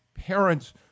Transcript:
parents